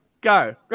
go